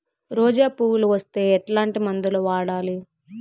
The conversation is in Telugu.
రోజా పువ్వులు వస్తే ఎట్లాంటి మందులు వాడాలి?